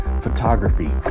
Photography